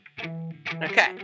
Okay